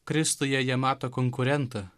kristuje jie mato konkurentą